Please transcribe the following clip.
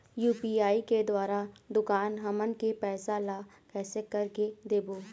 UPI के द्वारा दुकान हमन के पैसा ला कैसे कर के देबो?